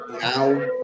now